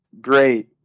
great